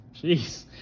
Jeez